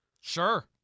Sure